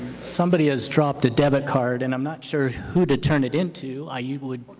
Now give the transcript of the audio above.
somebody has dropped a debit card, and i'm not sure who to turn it into. ah yeah